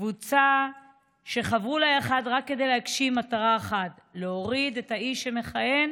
קבוצה שחברה לה יחד רק כדי להגשים מטרה אחת: להוריד את האיש שמכהן